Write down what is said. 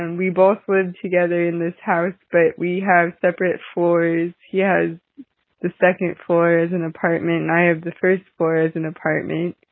and we both live together in this house, but we have separate floors. he yeah has the second floor is an apartment and i have the first floor as an apartment.